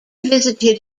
visited